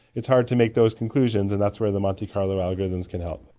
it's hard to make those conclusions, and that's where the monte carlo algorithms can help.